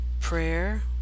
prayer